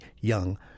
young